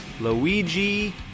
Luigi